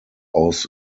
aus